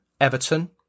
Everton